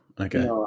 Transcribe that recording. okay